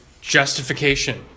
Justification